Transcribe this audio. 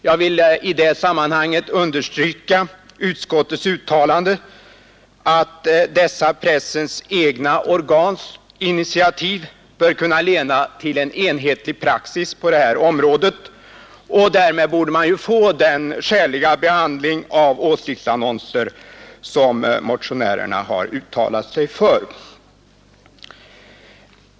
Jag vill i sammanhanget understryka utskottets uttalande att dessa pressens egna organs initiativ bör kunna leda till en enhetlig praxis på detta område. Därmed borde man få den skäliga behandling av åsiktsannonser som motionärerna uttalat sig för.